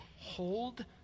hold